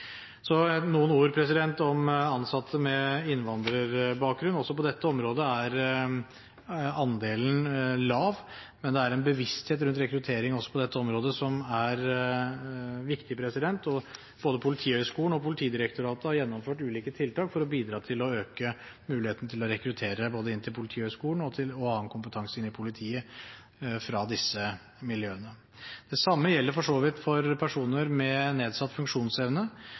Så noen ord om ansatte med innvandrerbakgrunn. Også på dette området er andelen lav, men det er en bevissthet rundt rekruttering også på dette området som er viktig. Både Politihøgskolen og Politidirektoratet har gjennomført ulike tiltak for å bidra til å øke muligheten til å rekruttere både inn til Politihøgskolen og annen kompetanse inn i politiet fra disse miljøene. Det samme gjelder for så vidt for personer med nedsatt funksjonsevne.